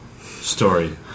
story